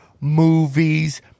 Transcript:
movies